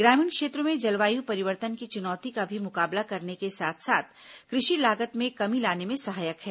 ग्रामीण क्षेत्रों में जलवायु परिवर्तन की चुनौती का भी मुकाबला करने के साथ साथ कृषि लागत में कमी लाने में सहायक है